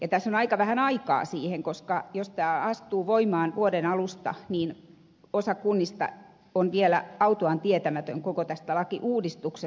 tässä on aika vähän aikaa siihen koska jos tämä astuu voimaan vuoden alusta niin osa kunnista on vielä autuaan tietämättömiä koko tästä lakiuudistuksesta